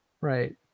Right